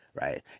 right